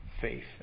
faith